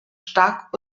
stark